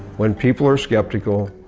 when people are skeptical,